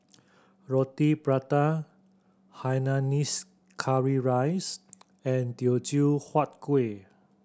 Roti Prata hainanese curry rice and Teochew Huat Kueh